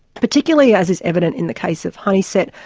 particularly as is evident in the case of honeysett,